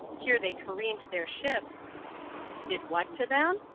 here they careened their ships did what to them?